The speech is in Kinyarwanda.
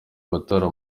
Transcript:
matora